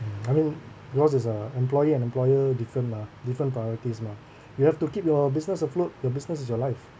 I mean yours is a employee and employer different mah different priorities mah you have to keep your business afloat the business is your life